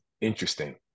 interesting